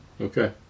Okay